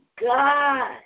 God